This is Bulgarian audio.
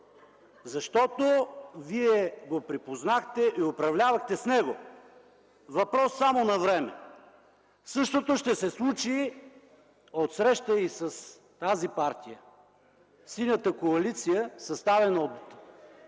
Защото вие го припознахте и управлявахте с него. Въпрос само на време. Същото ще се случи отсреща и с тази партия – Синята коалиция, съставена от